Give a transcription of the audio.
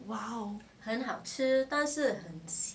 !wow!